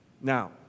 Now